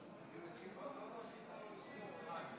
אני קובע כי הצעת חוק לפינוי שדות מוקשים עברה בקריאה השלישית,